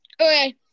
Okay